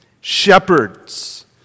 shepherds